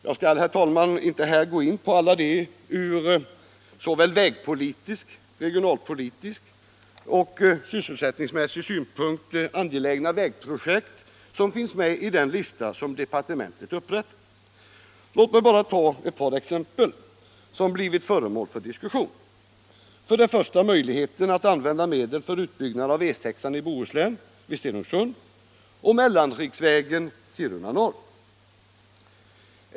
Jag skall, herr talman, inte här gå in på alla de från vägpolitisk, re gionalpolitisk och sysselsättningsmässig synpunkt angelägna vägprojekt som finns med i den lista som departementet upprättat. Låt mig bara ta ett par exempel som blivit föremål för diskussion. Det gäller först möjligheterna att använda medel för utbyggnad av E 6 i Bohuslän vid Stenungsund och mellanriksvägen Kiruna-Narvik.